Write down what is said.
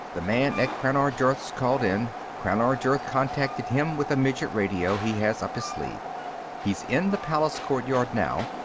the man at crannar jurth's called in. crannar jurth contacted him with a midget radio he has up his sleeve he's in the palace courtyard now.